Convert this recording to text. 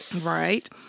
Right